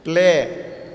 play